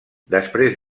després